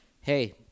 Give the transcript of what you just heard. Hey